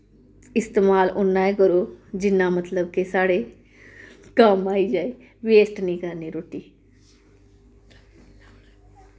इस्तेमाल उन्ना गै करो जिन्ना मतलव के साढ़े कम्म आई जाए वेस्ट निं करनी रुट्टी